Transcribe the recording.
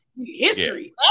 History